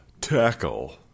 tackle